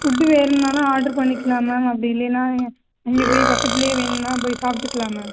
food வேணும்ன்னாலும் order பண்ணிக்கலாம் ma'am அப்படி இல்லைன்னா நீங்கள் அங்கே போய் பக்கத்துல வேணும்ன்னா போய் சாப்பிடுக்கலாம் மேம்